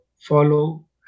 follow